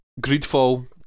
Greedfall